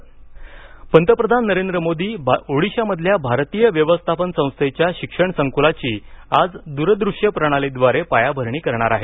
IIM पायाभरणी मोदी पंतप्रधान नरेंद्र मोदी ओडिशामधल्या भारतीय व्यवस्थापन संस्थेच्या शिक्षण संकुलाची आज दूरदृश्य प्रणालीद्वारे पायाभरणी करणार आहेत